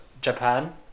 japan